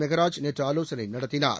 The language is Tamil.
மெகராஜ் நேற்று ஆலோசனை நடத்தினார்